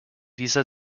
dieser